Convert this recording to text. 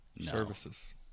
Services